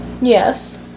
Yes